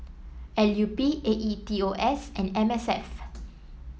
L U P A E T O S and M S F